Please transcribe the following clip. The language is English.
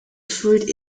fruit